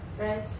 right